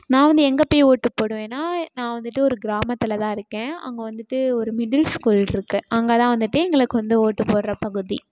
நான் வந்து எங்கே போய் ஓட்டு போடுவேன்னால் நான் வந்துட்டு ஒரு கிராமத்தில் தான் இருக்கேன் அங்கே வந்துட்டு ஒரு மிடில் ஸ்கூல் இருக்குது அங்கே தான் வந்துட்டு எங்களுக்கு வந்து ஓட்டு போடுற பகுதி